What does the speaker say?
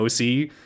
OC